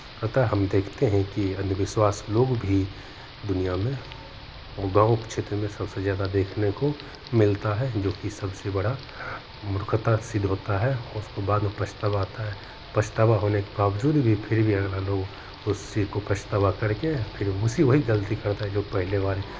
अतः हम देखते हैं कि अंधविश्वास लोग भी दुनियाँ में गाँव के क्षेत्र में सबसे ज़्यादा देखने को मिलता है जो कि सबसे बड़ा मूर्खता सिद्ध होता है उसको बाद में पछतावा आता है पछतावा होने के बावज़ूद भी फिर भी अगला लाेग उस चीज़ को पछतावा करके फिर उसी वही गलती करता है जो पहले वाली